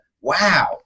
wow